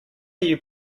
you